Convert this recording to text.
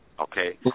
Okay